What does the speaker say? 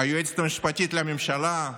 היועצת המשפטית לממשלה,